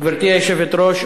גברתי היושבת-ראש,